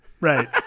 right